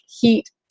heat